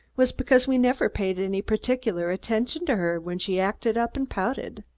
was because we never paid any particular attention to her when she acted up and pouted.